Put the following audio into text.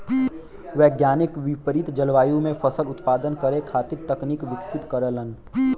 वैज्ञानिक विपरित जलवायु में फसल उत्पादन करे खातिर तकनीक विकसित करेलन